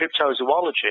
cryptozoology